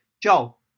Joel